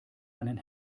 einen